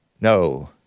no